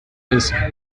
ist